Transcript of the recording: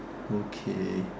okay